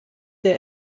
der